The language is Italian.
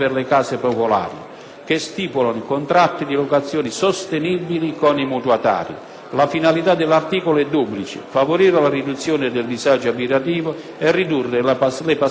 che stipulano contratti di locazione sostenibili con i mutuatari. La finalità dell'articolo è duplice: favorire la riduzione del disagio abitativo e ridurre le passività delle banche.